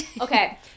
Okay